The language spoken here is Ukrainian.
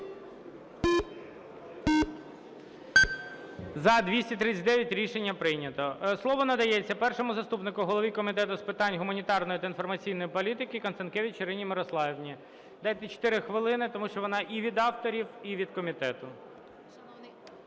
За-239 Рішення прийнято. Слово надається першому заступнику Голови Комітету з питань гуманітарної та інформаційної політики Констанкевич Ірині Мирославівні. Дайте 4 хвилини, тому що вона і від авторів, і від комітету.